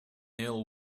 ill